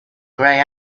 grey